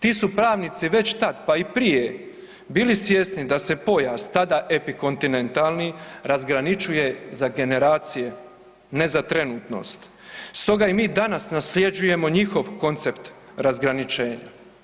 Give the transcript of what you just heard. Ti su pravnici već tad pa i prije bili svjesni da se pojas tada epikontinentalni razgraničuje za generacije, ne za trenutnost stoga i mi danas nasljeđujemo njihov koncept razgraničenja.